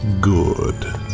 Good